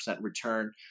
return